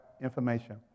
information